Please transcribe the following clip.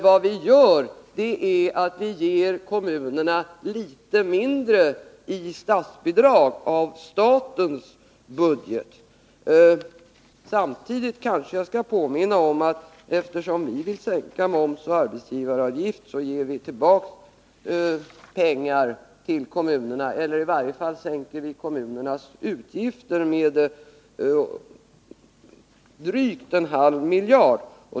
Vad vi gör är att ge kommunerna litet mindre i statsbidrag av statens budget. Samtidigt kanske jag skall påminna om att vi, eftersom vi vill sänka moms och arbetsgivaravgift, ger tillbaka pengar till kommunerna —i varje fall sänker vi kommunernas utgifter med drygt en halv miljard.